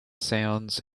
sounds